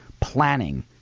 planning